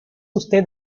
usted